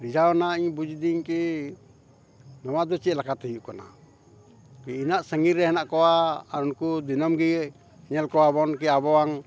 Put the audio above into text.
ᱨᱤᱡᱟᱹᱣ ᱨᱮᱱᱟᱜ ᱤᱧ ᱵᱩᱡ ᱮᱫᱟᱹᱧ ᱠᱤ ᱱᱚᱣᱟ ᱫᱚ ᱪᱮᱫ ᱞᱮᱠᱟᱛᱮ ᱦᱩᱭᱩᱜ ᱠᱟᱱᱟ ᱤᱱᱟᱹᱜ ᱥᱟᱺᱜᱤᱧ ᱨᱮ ᱦᱮᱱᱟᱜ ᱠᱚᱣᱟ ᱟᱨ ᱩᱱᱠᱩ ᱫᱤᱱᱟᱹᱢ ᱜᱮ ᱧᱮᱞ ᱠᱚᱣᱟ ᱵᱚᱱ ᱠᱤ ᱟᱵᱚᱣᱟ